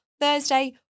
Thursday